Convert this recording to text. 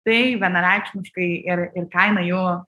tai vienareikšmiškai ir ir kaina jų